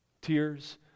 tears